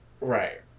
right